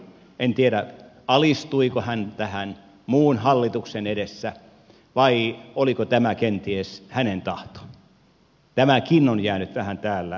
en tiedä alistuiko hän tähän muun hallituksen edessä vai oliko tämä kenties hänen tahtonsa tämäkin on jäänyt täällä vähän epäselväksi